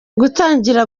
gutangira